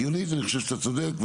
הגיונית אני חושב שאתה צודק.